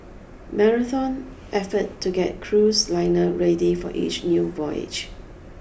Marathon effort to get cruise liner ready for each new voyage